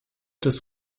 des